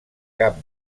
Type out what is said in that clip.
cap